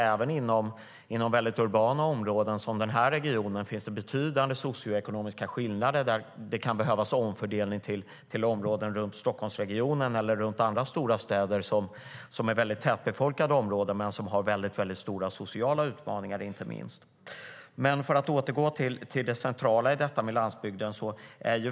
Även inom väldigt urbana områden, som den här regionen, finns det nämligen betydande socioekonomiska skillnader. Det kan behövas omfördelning till områden runt Stockholmsregionen eller runt andra stora städer som är väldigt tätbefolkade men som har väldigt stora sociala utmaningar, inte minst. Men jag ska återgå till det centrala när det gäller detta med landsbygden.